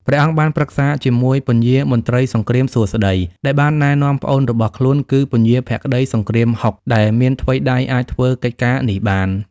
ព្រះអង្គបានប្រឹក្សាជាមួយ ពញាមន្ត្រីសង្គ្រាមសួស្តី ដែលបានណែនាំប្អូនរបស់ខ្លួនគឺ ពញាភក្តីសង្គ្រាមហុក ដែលមានថ្វីដៃអាចធ្វើកិច្ចការនេះបាន។